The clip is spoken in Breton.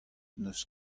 neus